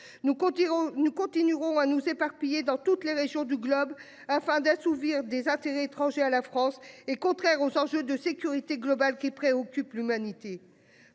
nous continuerons à nous éparpiller dans toutes les régions du globe afin d'assouvir des intérêts étrangers à la France est contraire aux enjeux de sécurité globale qui préoccupe l'humanité